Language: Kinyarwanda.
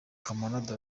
camarade